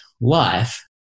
life